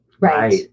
Right